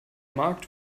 markt